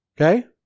Okay